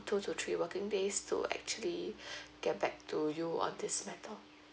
two to three working days to actually get back to you on this matter